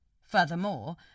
Furthermore